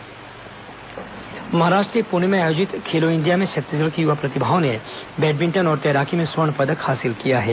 आकर्षि शिवांक्ष स्वर्ण पदक महाराष्ट्र के पुणे में आयोजित खेलो इंडिया में छत्तीसगढ़ की युवा प्रतिभाओं ने बैडमिंटन और तैराकी में स्वर्ण पदक हासिल किया है